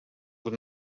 with